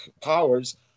powers